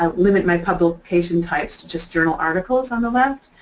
um limit my publication types to just journal articles on the left.